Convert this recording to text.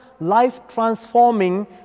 life-transforming